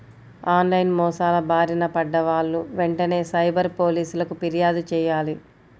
on line మోసాల బారిన పడ్డ వాళ్ళు వెంటనే సైబర్ పోలీసులకు పిర్యాదు చెయ్యాలి